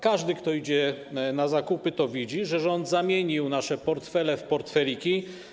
Każdy, kto idzie na zakupy, widzi, że rząd zamienił nasze portfele w portfeliki.